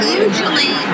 usually